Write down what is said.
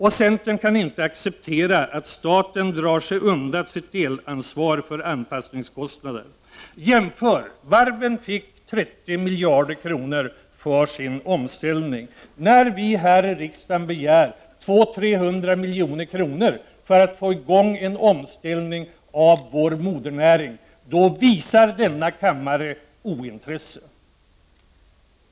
Centern kan inte acceptera att staten drar sig undan sitt delansvar för anpassningskostnader. Jämför med varven, som fick 30 miljarder kronor för sin omställning! När vi här i riksdagen begär 200-300 milj.kr. för att få i gång en omställning av vår modernäring, visar denna kammare ointresse.